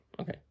okay